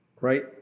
Right